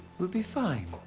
we'll be fine,